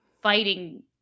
fighting